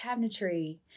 cabinetry